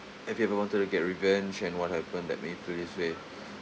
have you ever wanted to get revenge and what happened that make you feel this way